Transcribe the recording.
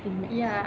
mmhmm